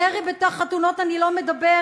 ירי בחתונות, אני לא מדברת,